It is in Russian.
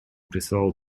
прислал